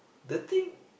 the thing